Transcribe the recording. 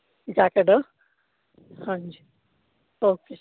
ਜਾਗਟ ਹਾਂਜੀ ਓਕੇ